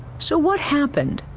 so what happened?